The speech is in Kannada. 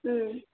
ಹ್ಞೂ